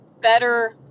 better